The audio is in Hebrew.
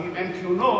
כי אם אין תלונות,